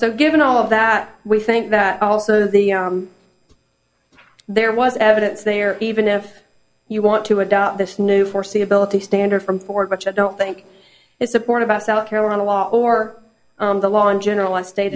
so given all of that we think that also the there was evidence there even if you want to adopt this new foreseeability standard from ford which i don't think is support about south carolina law or the law in general